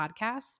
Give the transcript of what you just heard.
podcasts